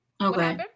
Okay